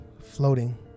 floating